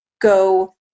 go